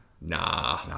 Nah